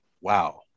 wow